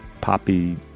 poppy